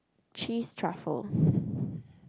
cheese truffle